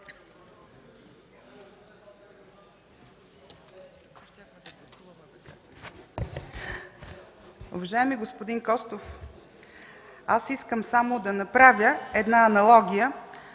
Уважаеми господин Костов, искам да направя една аналогия.